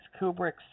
Kubrick's